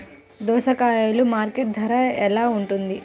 దోసకాయలు మార్కెట్ ధర ఎలా ఉంటుంది?